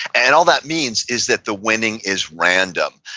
and all that means is that the winning is random.